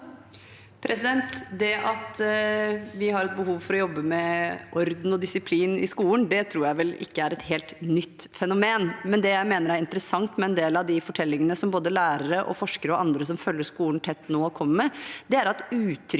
Det at vi har et behov for å jobbe med orden og disiplin i skolen, tror jeg vel ikke er et helt nytt fenomen. Det jeg mener er interessant med en del av de fortellingene som både lærere, forskere og andre som følger skolen tett, nå kommer med, er at uttrykket